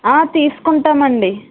తీసుకుంటాము అండి